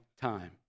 time